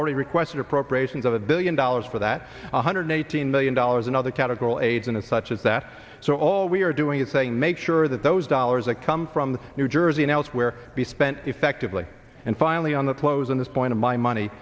already requested appropriations of a billion dollars for that one hundred eighteen billion dollars another category laden as such as that so all we're doing is saying make sure that those dollars that come from new jersey and elsewhere be spent effectively and finally on the close in this point of my money